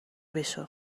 بشو